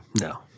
No